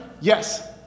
Yes